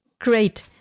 Great